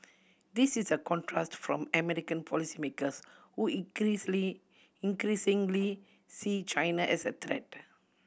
this is a contrast from American policymakers who increasingly see China as a threat